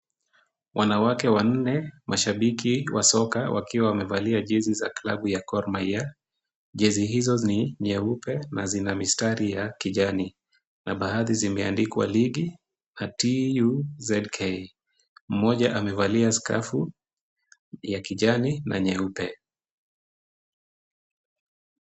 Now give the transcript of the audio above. Wanawake wanne mashabiki wa soka wakiwa wamevalia jezi za klabu ya Gor Mahia. Jezi hizo ni nyeupe na zina mistari ya kijani. Na baadhi zimeandikwa LIG, ATU, ZK . Mmoja amevalia skafu, ya kijani na nyeupe.